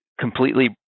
completely